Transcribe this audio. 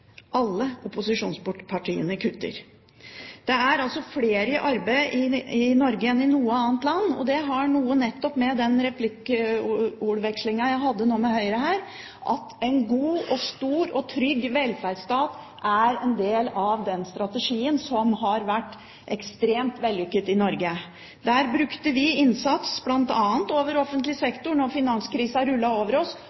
alle opposisjonspartiene kutter. Det er altså flere i arbeid i Norge enn i noe annet land. Det har nettopp noe med, som jeg var innom i replikkordvekslingen med Høyre her, at en god, stor og trygg velferdsstat er en del av den strategien som har vært ekstremt vellykket i Norge. Der brukte vi innsats, bl.a. over offentlig